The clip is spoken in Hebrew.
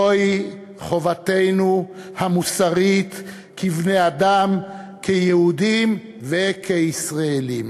זוהי חובתנו המוסרית כבני-אדם, כיהודים וכישראלים,